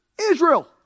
Israel